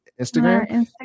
Instagram